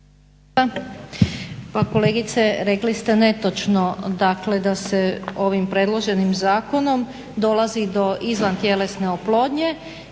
Pa kolegice rekli ste netočno, dakle da se ovim predloženim zakonom dolazi do izvantjelesne oplodnje